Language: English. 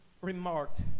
remarked